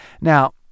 Now